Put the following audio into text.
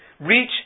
Reach